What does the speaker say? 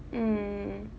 mm